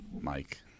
Mike